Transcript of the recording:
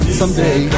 someday